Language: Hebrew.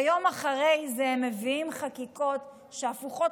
ויום אחרי זה מביאים חקיקות הפוכות